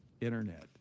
Internet